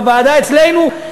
בוועדה אצלנו,